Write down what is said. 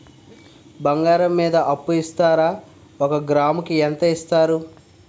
బంగారం మీద అప్పు ఇస్తారా? ఒక గ్రాము కి ఎంత ఇస్తారు?